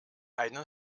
einen